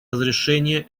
разрешения